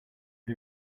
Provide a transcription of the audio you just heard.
but